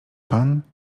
pan